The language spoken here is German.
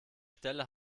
stelle